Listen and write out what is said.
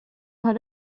har